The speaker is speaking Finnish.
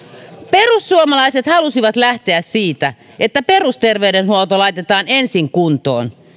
perussuomalaiset halusivat lähteä siitä että perusterveydenhuolto laitetaan ensin kuntoon